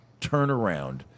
turnaround